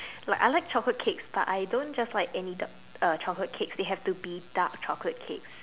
like I like chocolate cake but I don't just like any chocolate cake they have to be dark chocolate cake